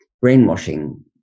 brainwashing